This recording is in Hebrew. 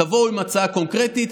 תבואו עם הצעה קונקרטית.